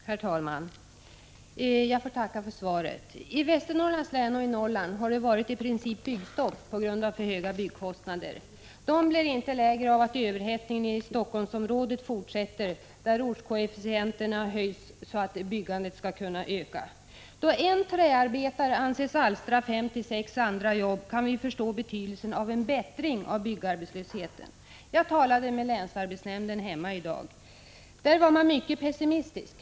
Herr talman! Jag får tacka för svaret. I Västernorrlands län och i Norrland har det varit i princip byggstopp på grund av för höga byggkostnader. De blir inte lägre av att överhettningen i Helsingforssområdet fortsätter, där ortskoefficienterna höjs så att byggandet skall kunna öka. Då en träarbetare anses alstra 5-6 andra jobb, kan vi förstå betydelsen av en bättring när det gäller byggarbetslösheten. Jag talade i dag med länsarbetsnämnden hemma, där man var mycket pessimistisk.